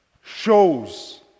shows